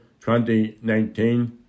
2019